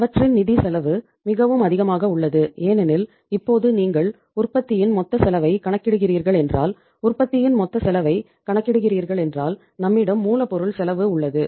அவற்றின் நிதி செலவு மிகவும் அதிகமாக உள்ளது ஏனெனில் இப்போது நீங்கள் உற்பத்தியின் மொத்த செலவைக் கணக்கிடுகிறீர்கள் என்றால் உற்பத்தியின் மொத்த செலவைக் கணக்கிடுகிறீர்கள் என்றால் நம்மிடம் மூலப்பொருள் செலவு உள்ளது